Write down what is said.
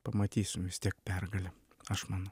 pamatysime vis tiek pergalę aš manau